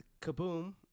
Kaboom